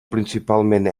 principalment